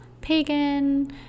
pagan